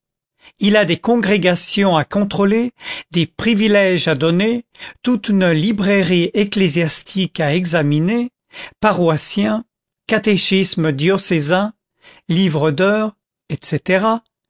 il a des congrégations à contrôler des privilèges à donner toute une librairie ecclésiastique à examiner paroissiens catéchismes diocésains livres d'heures etc